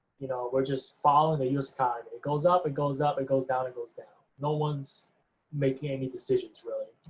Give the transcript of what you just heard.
you know, we're just following the us economy. it goes up, it goes up, it goes down, it goes down. no one's making any decisions, really.